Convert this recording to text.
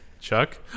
Chuck